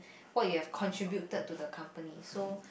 what you have contributed to the company so